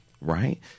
Right